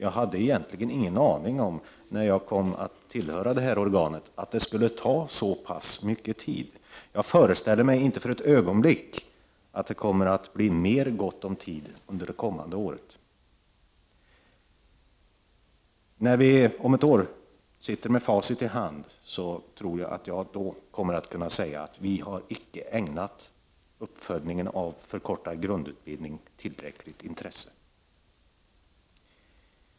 Jag hade ingen aning om, när jag kom att tillhöra detta organ, att det skulle ta så pass mycket tid. Jag föreställer mig inte för ett ögonblick att det kommer att bli mer gott om tid under det kommande året. När vi om ett år sitter med facit i hand tror jag att jag kommer att kunna säga att vi icke har ägnat uppföljningen av försöken med förkortad grundutbildning tillräckligt intresse.